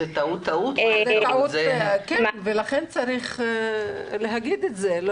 זאת ממש טעות ולכן צריך להגיד את זה.